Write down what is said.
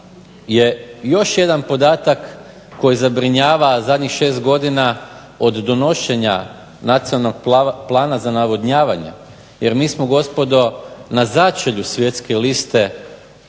je još jedan podatak koji zabrinjava u zadnjih 6 godina od donošenja Nacionalnog plana za navodnjavanje, jer mi smo gospodo na začelju svjetske liste